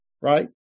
Right